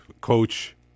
coach